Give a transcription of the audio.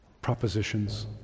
propositions